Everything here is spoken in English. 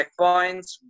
checkpoints